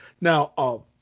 Now